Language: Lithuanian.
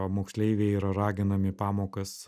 moksleiviai yra raginami pamokas